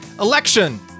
election